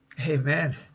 Amen